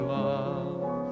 love